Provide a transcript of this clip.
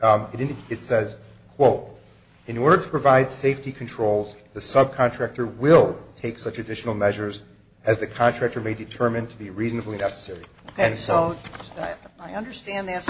it in it says well in order to provide safety controls the sub contractor will take such additional measures as the contractor may determine to be reasonably necessary and so i understand th